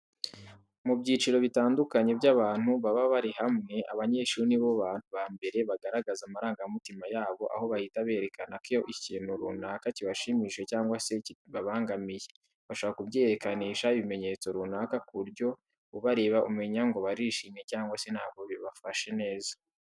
Mu byiciro bitandukanye by'abantu baba bari hamwe, abanyeshuri nibo bantu ba mbere bagaragaza amarangamutima yabo aho bahita berekana ko ikintu runaka kibashimishije cyangwa se ko kibabangamiye. Bashobora kubyerekanisha ibimenyetso runaka ku buryo ubareba amenya ngo barishimye cyangwa se ntabwo babifashe neza.